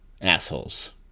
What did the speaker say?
assholes